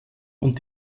und